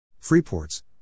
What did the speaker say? Freeports